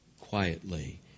quietly